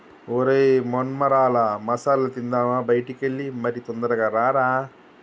ఒరై మొన్మరాల మసాల తిందామా బయటికి ఎల్లి మరి తొందరగా రారా